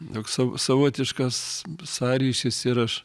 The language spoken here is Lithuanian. toks sav savotiškas sąryšis ir aš